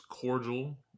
cordial